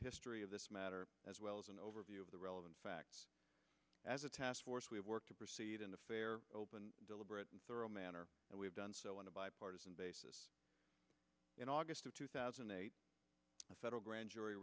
history of this matter as well as an overview of the relevant facts as a task force we work to proceed in a fair open deliberate and thorough manner and we have done so on a bipartisan basis in august of two thousand and eight federal grand jury